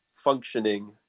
functioning